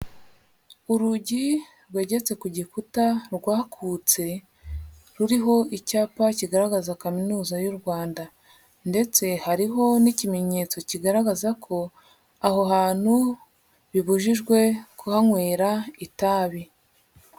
Urugi rwegeretse ku gikuta rwakutse ruriho icyapa kigaragaza Kaminuza y'u Rwanda ndetse hariho n'ikimenyetso kigaragaza ko aho hantu bibujijwe kuhanywera itabi.